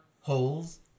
holes